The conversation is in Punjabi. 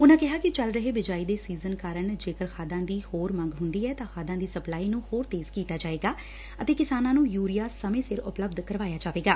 ਉਨਾਂ ਕਿਹਾ ਕਿ ਚੱਲ ਰਹੇ ਬਿਜਾਈ ਦੇ ਸੀਜਨ ਕਾਰਨ ਜੇਕਰ ਖਾਦਾਂ ਦੀ ਹੋਰ ਮੰਗ ਹੁੰਦੀ ਐ ਤਾਂ ਖਾਦਾਂ ਦੀ ਸਪਲਾਈ ਨੂੰ ਹੋਰ ਤੇਜ਼ ਕੀਤਾ ਜਾਏਗਾ ਅਤੇ ਕਿਸਾਨਾਂ ਨੂੰ ਯੁਰੀਆ ਸਮੇ ਸਿਰ ਉਪਲਬੱਧ ਕਰਾਇਆ ਜਾਏਗਾ